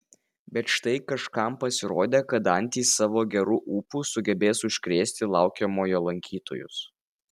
bet štai kažkam pasirodė kad antys savo geru ūpu sugebės užkrėsti laukiamojo lankytojus